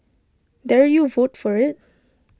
dare you vote for IT